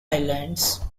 islands